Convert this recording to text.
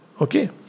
Okay